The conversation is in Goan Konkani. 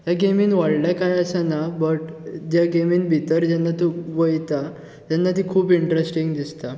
हे गेमीन व्होडलें कांय आसाना बट जे गेमीन भितर जेन्ना तूं वयता तेन्ना ती खूब इंट्रस्टींग दिसता